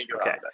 Okay